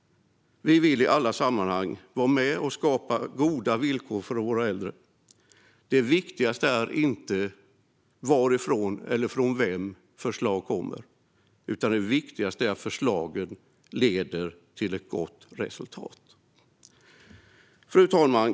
Vi vill i alla sammanhang vara med och skapa goda villkor för våra äldre. Det viktigaste är inte varifrån förslag kommer, utan det viktigaste är att förslagen leder till ett gott resultat. Fru talman!